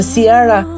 Sierra